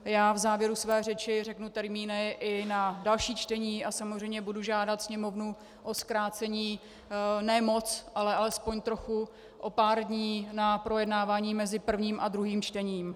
Já v závěru své řeči řeknu termíny i na další čtení a samozřejmě budu žádat Sněmovnu o zkrácení, ne moc, ale alespoň trochu, o pár dní, na projednávání mezi prvním a druhým čtením.